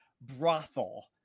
brothel